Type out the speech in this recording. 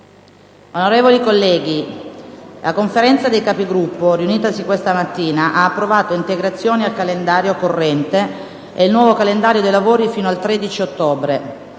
Onorevoli colleghi, la Conferenza dei Capigruppo, riunitasi questa mattina, ha approvato integrazioni al calendario corrente e il nuovo calendario dei lavori fino al 13 ottobre.